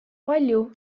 palju